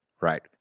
Right